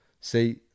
see